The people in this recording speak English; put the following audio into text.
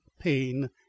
pain